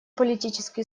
политические